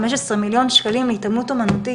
חמישה עשר מיליון שקלים להתעמלות אומנותית,